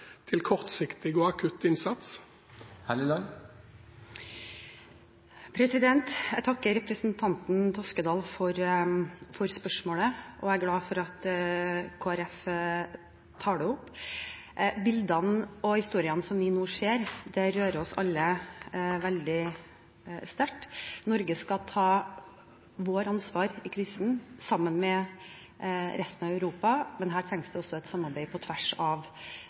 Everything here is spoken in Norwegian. til kortsiktig og akutt innsats? Jeg takker representanten Toskedal for spørsmålet, og jeg er glad for at Kristelig Folkeparti tar det opp. Bildene og historiene som vi nå ser, rører oss alle veldig sterkt. Norge skal ta sitt ansvar i krisen, sammen med resten av Europa, men her trengs det også et samarbeid på tvers av